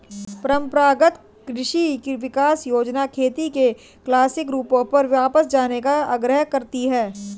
परम्परागत कृषि विकास योजना खेती के क्लासिक रूपों पर वापस जाने का आग्रह करती है